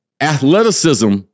athleticism